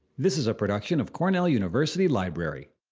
this is a production of cornell university library.